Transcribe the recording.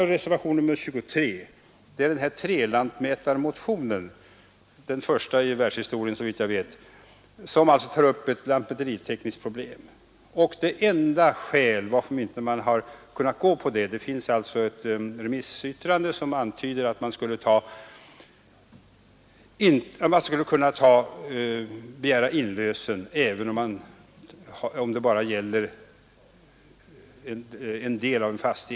I reservationen 23 behandlas den s.k. trelantmätarmotionen — såvitt jag vet den första i världshistorien är ett lantmäteritekniskt problem tas upp. Det föreligger ett remissyttrande, där det antyds att en kommun vid intrång som bara berör en del av en fastighet bör ha skyldighet att inlösa denna del.